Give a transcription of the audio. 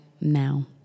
now